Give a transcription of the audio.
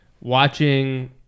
watching